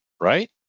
right